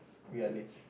we are late